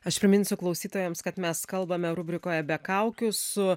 aš priminsiu klausytojams kad mes kalbame rubrikoje be kaukių su